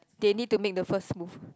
they need to make the first move